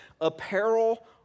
apparel